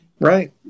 Right